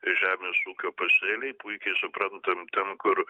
žemės ūkio pasėliai puikiai suprantam ten kur